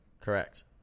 Correct